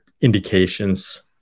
indications